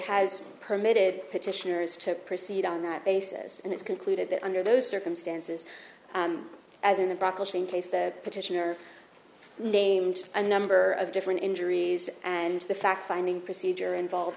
has permitted petitioners to proceed on that basis and it's concluded that under those circumstances as in the case the petitioner named a number of different injuries and the fact finding procedure involve